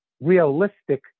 realistic